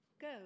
Go